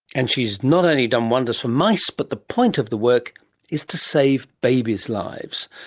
and she has not only done wonders for mice but the point of the work is to save babies' lives.